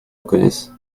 reconnaisse